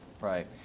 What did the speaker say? Right